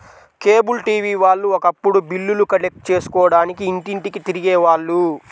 cable TV వాళ్ళు ఒకప్పుడు బిల్లులు కలెక్ట్ చేసుకోడానికి ఇంటింటికీ తిరిగే వాళ్ళు